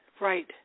right